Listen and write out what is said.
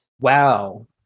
Wow